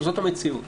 זאת המציאות.